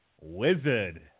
Wizard